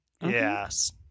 Yes